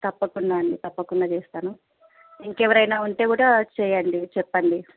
తప్పకుండా అండి తప్పకుండా చేస్తాను ఇంకెవరైనా ఉంటే కూడా చెయ్యండి చెప్పండి